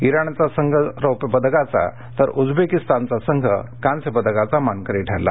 इराणचा संघ रौप्य पदकाचा तर उझबेकीस्तानचा संघ कांस्य पदकाचा मानकरी ठरला